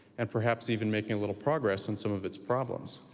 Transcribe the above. and perhaps even making a little progress on some of its problems.